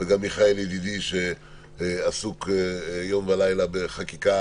גם מיכאל ידידי, שעסוק יום ולילה בחקיקה